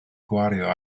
gwario